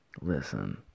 listen